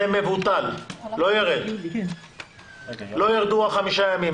זה מבוטל, לא ירדו החמישה ימים.